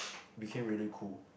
became really cool